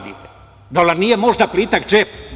Da vam nije možda plitak džep?